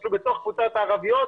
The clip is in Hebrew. אפילו בתוך קבוצת הערביות,